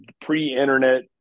pre-internet